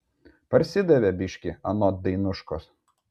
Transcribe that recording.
parsidavė biškį anot dainuškos